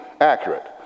accurate